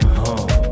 home